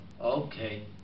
Okay